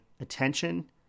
attention